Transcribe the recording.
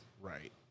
Right